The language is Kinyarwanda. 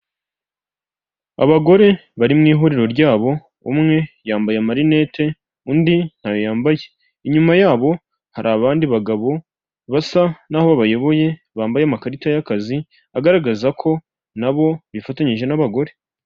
Abagore bari mu ihuriro ryabo, umwe yambaye amarinete, undi ntayo yambaye. Inyuma yabo hari abandi bagabo basa naho bayoboye, bambaye amakarita y'akazi agaragaza ko na bo bifatanyije n'abagore.